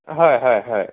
হয় হয় হয়